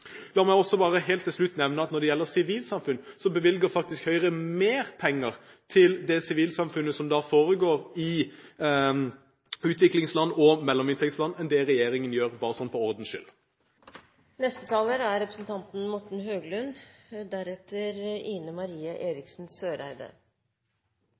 La meg også helt til slutt nevne at når det gjelder sivilsamfunn, bevilger Høyre faktisk mer penger til sivilsamfunn i utviklingsland og mellominntektsland enn regjeringen gjør – bare for ordens skyld. På slutten av debatten spisser man jo gjerne til budskapet. Både representanten